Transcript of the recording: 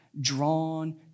drawn